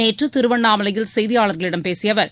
நேற்று திருவண்ணாமலையில் செய்தியாளர்களிடம் பேசியஅவர்